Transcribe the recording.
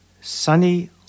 sunny